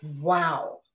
Wow